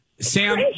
Sam